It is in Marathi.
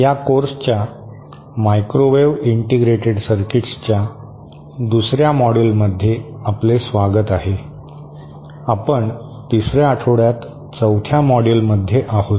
या कोर्सच्या मायक्रोवेव्ह इंटिग्रेटेड सर्किट्सच्या दुसऱ्या मॉड्यूलमध्ये आपले स्वागत आहे आपण तिसऱ्या आठवड्यात चौथ्या मॉड्यूलमध्ये आहोत